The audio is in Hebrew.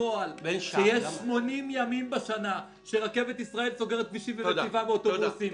בפועל כשיש 80 ימים בשנה שרכבת ישראל סוגרת כבישים ומסיעים באוטובוסים,